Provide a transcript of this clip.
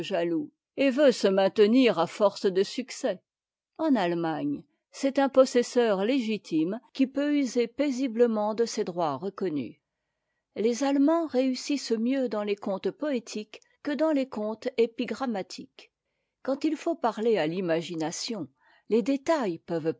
jaloux et veut se maintenir à force de succès en allemagne c'est un possesseur légitime qui peut user paisiblement de ses droits reconnus les allemands réussissent mieux dans les contes poétiques que dans les contes épigrammatiques quand il faut parler à l'imagination les détails peuvent